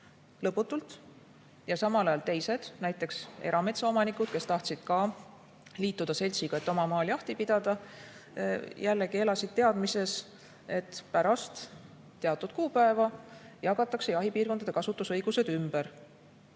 lõputult. Samal ajal teised, näiteks erametsaomanikud, kes tahtsid ka liituda seltsiga, et oma maal jahti pidada, jällegi elasid teadmises, et pärast teatud kuupäeva jagatakse jahipiirkondade kasutusõigused ümber.